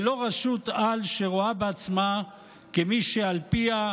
ולא רשות-על, שרואה עצמה כמי שעל פיה,